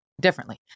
differently